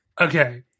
Okay